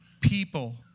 people